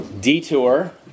detour